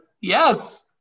Yes